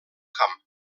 camp